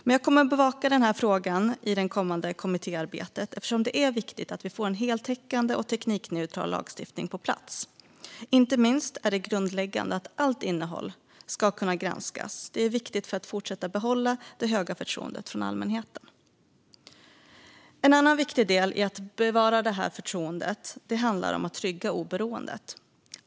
Men jag kommer att bevaka denna fråga i det kommande kommittéarbetet, eftersom det är viktigt att vi får en heltäckande och teknikneutral lagstiftning på plats. Inte minst är det grundläggande att allt innehåll ska kunna granskas. Det är viktigt för att behålla det höga förtroendet från allmänheten. En annan viktig del i att bevara detta förtroende handlar om att trygga oberoendet.